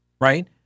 right